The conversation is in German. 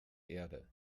erde